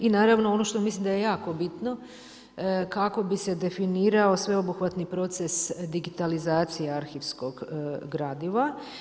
I naravno ono što mislim da je jako bitno kako bi se definirao sveobuhvatni proces digitalizacije arhivskog gradiva.